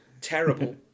terrible